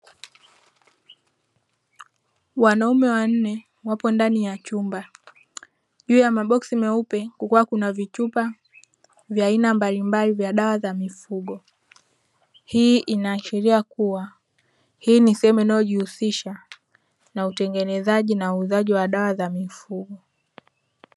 Wanaume wanne wapo ndani ya chumba juu ya maboksi meupe kukiwa kuna vitupa vya aina mbalimbali vya dawa za mifugo hii inaashiria kuwa, hii ni sehemu inayojihusisha na utengenezaji na uuzaji wa dawa za mifugo.